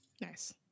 Nice